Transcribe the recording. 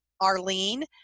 arlene